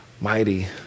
mighty